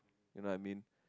you know what I mean